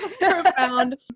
profound